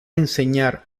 enseñar